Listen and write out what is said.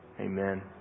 Amen